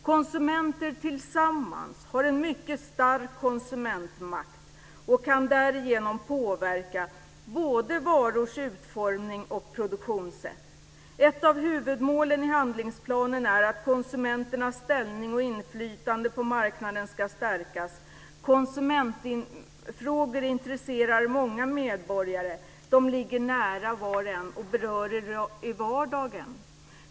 Konsumenter tillsammans har en mycket stark konsumentmakt och kan därigenom påverka både varors utformning och produktionssätt. Ett av huvudmålen i handlingsplanen är att konsumenternas ställning och inflytande på marknaden ska stärkas. Konsumentfrågor intresserar många medborgare. De ligger nära var och en och berör i vardagen.